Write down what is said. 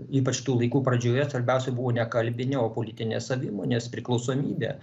ypač tų laikų pradžioje svarbiausia buvo ne kalbinė o politinės savimonės priklausomybė